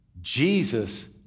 Jesus